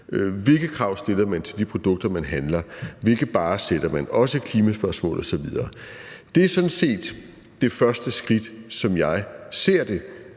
Hvilke krav stiller man til de produkter, man handler med? Hvilke barrer sætter man også i klimaspørgsmålet osv.? Det er sådan set det første skridt, som jeg ser det,